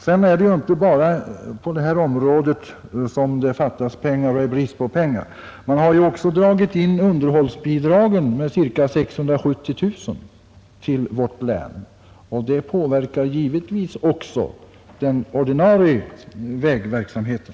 Sedan är det ju inte bara inom det här området som det är brist på pengar. Man har ju också dragit in underhållsbidragen med ca 670 000 kronor till vårt län, och det påverkar givetvis också den ordinarie vägverksamheten.